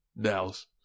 Dallas